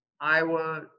iowa